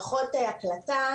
מערכות ההקלטה,